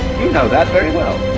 you know that very well,